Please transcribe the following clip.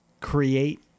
create